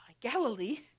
Galilee